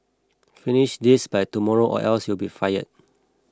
finish this by tomorrow or else you'll be fired